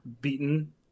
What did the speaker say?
beaten